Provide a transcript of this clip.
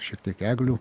šiek tiek eglių